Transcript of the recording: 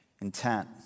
intent